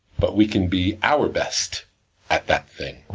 but we can be our best at that thing. right.